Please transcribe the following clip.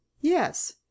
Yes